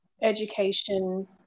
education